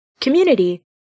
community